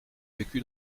vécu